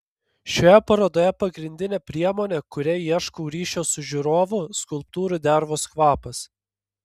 šioje parodoje pagrindinė priemonė kuria ieškau ryšio su žiūrovu skulptūrų dervos kvapas